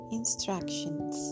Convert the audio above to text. instructions